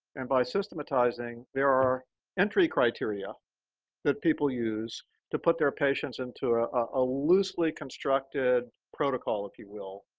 and by systematizing, there are entry criteria that people use to put their patients into a loosely constructed protocol, if you will,